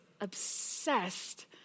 obsessed